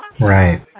Right